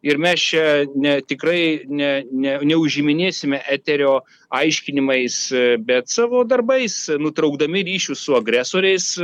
ir mes čia ne tikrai ne ne neužsiiminėsime eterio aiškinimais bet savo darbais nutraukdami ryšius su agresoriais